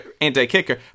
anti-kicker